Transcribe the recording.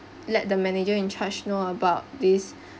let the manager in charge know about this